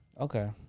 okay